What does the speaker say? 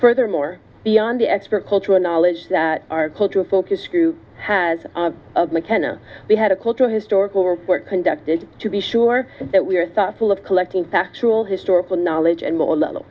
furthermore beyond the expert cultural knowledge that are close to a focus group has of mckenna we had a cultural historical report conducted to be sure that we are thoughtful of collecting factual historical knowledge and will